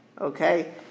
Okay